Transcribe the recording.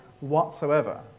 whatsoever